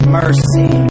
mercy